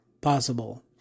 possible